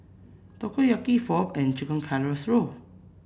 Takoyaki Pho and Chicken Casserole